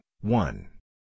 one